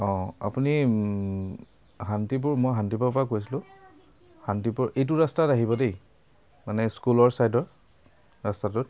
অঁ আপুনি শান্তিপুৰ মই শান্তিপুৰৰপৰা কৈছিলোঁ শান্তিপুৰ এইটো ৰাস্তাত আহিব দেই মানে স্কুলৰ ছাইডৰ ৰাস্তাটোত